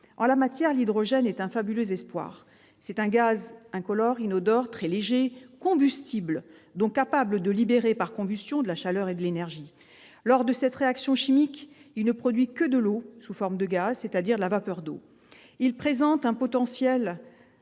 En la matière, l'hydrogène est un fabuleux espoir. C'est un gaz incolore et inodore, très léger, combustible, donc, capable de libérer par combustion de la chaleur et de l'énergie. Lors de cette réaction chimique, il ne produit que de l'eau sous forme de gaz, c'est-à-dire de la vapeur d'eau. Il présente un potentiel